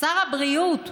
שר הבריאות,